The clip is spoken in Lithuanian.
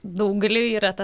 daugeliui yra ta